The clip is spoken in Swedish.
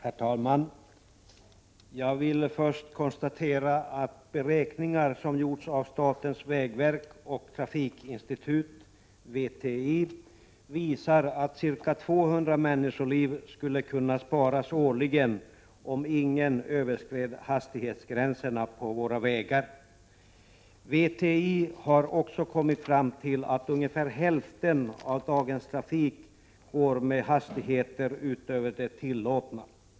Herr talman! Jag vill först konstatera att beräkningar som gjorts av statens vägoch trafikinstitut visar att ca 200 människoliv skulle kunna sparas årligen om ingen överskred hastighetsgränserna på våra vägar. VTI har också kommit fram till att ungefär hälften av dagens trafik går med hastigheter utöver de tillåtna.